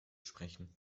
sprechen